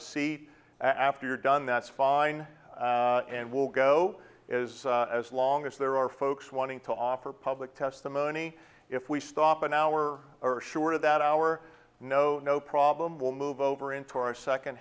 a seat after you're done that's fine and we'll go is as long as there are folks wanting to offer public testimony if we stop an hour or sure that our no no problem will move over into our second